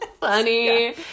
funny